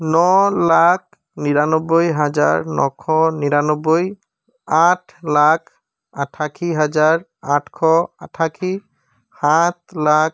ন লাখ নিৰান্নব্বৈ হাজাৰ নশ নিৰান্নব্বৈ আঠ লাখ আঠাশী হাজাৰ আঠশ আঠাশী সাত লাখ